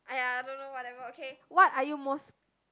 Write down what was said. !aiya! I don't know whatever okay what are you most